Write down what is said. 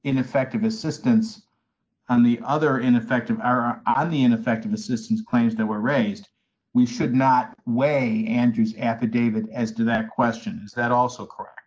ineffective assistance on the other ineffective are of the ineffective assistance claims that were raised we should not way and use affidavit as to that question is that also c